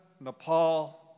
Nepal